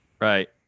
Right